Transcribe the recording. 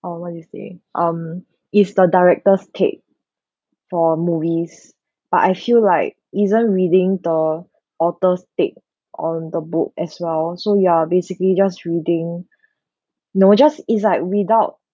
oh what you said um it's the director's take for movies but I feel like isn't reading the author's take on the book as well so you're basically just reading you know just is like without